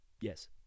Yes